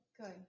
Good